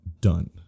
done